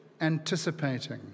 anticipating